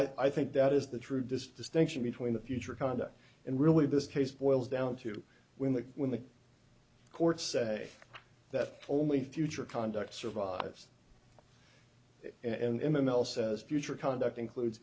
i think that is the true distinction between the future conduct and really this case boils down to when the when the courts say that only future conduct survives and in the else says future conduct includes